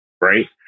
Right